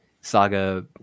Saga